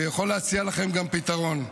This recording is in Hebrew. ויכול להציע לכם גם פתרון.